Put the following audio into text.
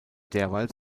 derweil